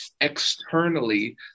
externally